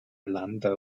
兰德